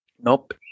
Nope